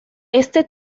este